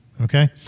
Okay